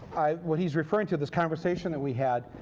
what he's referring to, this conversation that we had,